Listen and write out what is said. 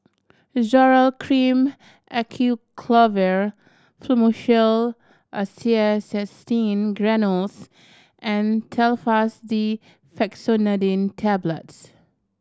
Zoral Cream Acyclovir Fluimucil Acetylcysteine Granules and Telfast D Fexofenadine Tablets